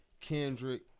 Kendrick